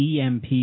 EMP